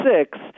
six